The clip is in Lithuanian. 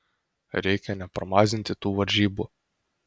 reikia nepramazinti tų varžybų